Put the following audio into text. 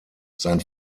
sein